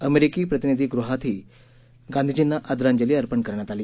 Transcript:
अमेरिकी प्रतीनिधीगृहातही गांधीजींना आदरांजली अर्पण करण्यात आली